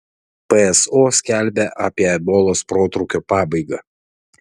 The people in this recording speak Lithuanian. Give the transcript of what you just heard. pso skelbia apie ebolos protrūkio pabaigą